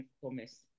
promise